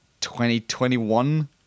2021